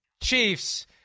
chiefs